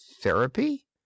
therapy